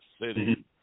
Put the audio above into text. City